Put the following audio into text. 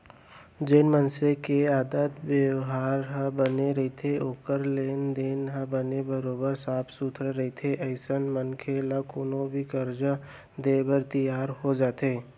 जेन मनसे के आदत बेवहार ह बने रहिथे ओखर लेन देन ह बने बरोबर साफ सुथरा रहिथे अइसन मनखे ल कोनो भी करजा देय बर तियार हो जाथे